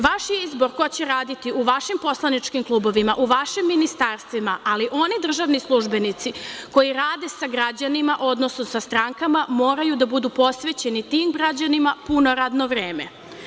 Vaš je izbor ko će raditi u vašim poslaničkim klubovima, vašim ministarstvima, ali oni državni službenici koji rade sa građanima, sa strankama, moraju da budu posvećeni tim građanima puno radno vreme.